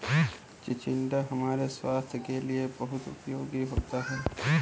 चिचिण्डा हमारे स्वास्थ के लिए बहुत उपयोगी होता है